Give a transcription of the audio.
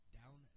down